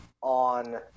on